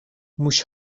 موش